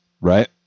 right